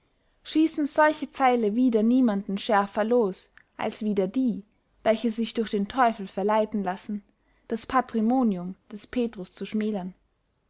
schiessen solche pfeile wider niemanden schärfer los als wider die welche sich durch den teufel verleiten lassen das patrimonium des petrus zu schmälern